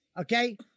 Okay